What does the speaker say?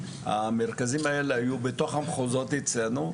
המרכזים האלה היו בתוך המחוזות אצלנו.